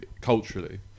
culturally